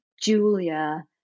Julia